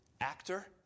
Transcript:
actor